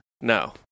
No